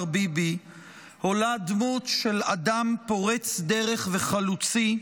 ביבי עולה דמות של אדם פורץ דרך וחלוצי,